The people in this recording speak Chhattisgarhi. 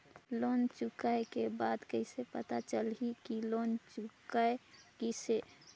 लोन चुकाय के बाद कइसे पता चलही कि लोन चुकाय गिस है?